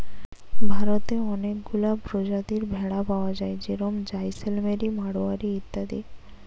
ভারতে অনেকগুলা প্রজাতির ভেড়া পায়া যায় যেরম জাইসেলমেরি, মাড়োয়ারি ইত্যাদি